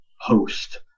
host